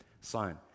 sign